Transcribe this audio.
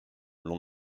l’on